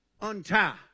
untie